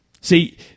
See